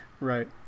Right